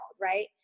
right